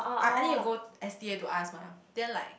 I I need to go S_T_A to ask mah then like